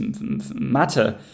matter